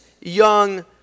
young